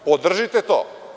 Podržite to.